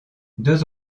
deux